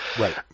Right